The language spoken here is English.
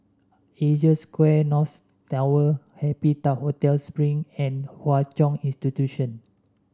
Asia Square North Tower Happy Tow Hotel Spring and Hwa Chong Institution